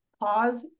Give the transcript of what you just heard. Pause